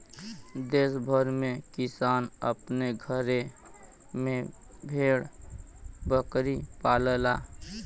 देस भर में किसान अपने घरे में भेड़ बकरी पालला